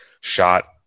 shot